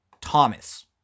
Thomas